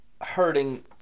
hurting